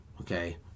okay